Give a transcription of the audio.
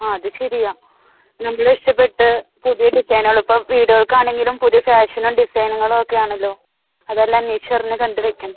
ആ അത് ശരിയാണ് നമ്മൾ ഇഷ്ടപ്പെട്ടു പുതിയ ഡിസൈനുകൾ ഇപ്പോൾ വീടുകൾക്കാണെങ്കിലും പുതിയ ഫാഷനും ഡിസൈനുകളൊക്കെ ആണല്ലോ അതെല്ലാം അന്വേഷിച്ച് അറിഞ്ഞ് കണ്ടു വയ്ക്കണം